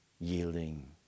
yielding